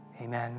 Amen